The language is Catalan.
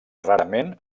rarament